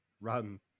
run